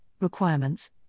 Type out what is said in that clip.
requirements